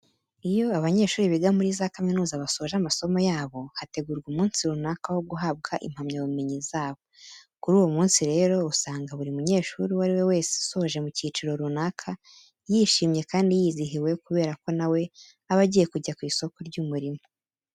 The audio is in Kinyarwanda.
Iyo abanyeshuri biga muri za kamuniza basoje amasomo yabo, hategurwa umunsi runaka wo guhabwa impamyabumenyi zabo. Kuri uwo munsi rero, usanga buri munyeshuri uwo ari we wese usoje mu cyiciro runaka yishimye kandi yizihiwe kubera ko na we aba agiye kujya ku isoko ry'umurimo.